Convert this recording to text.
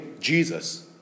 Jesus